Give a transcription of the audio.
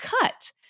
cut